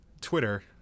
Twitter